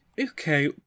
okay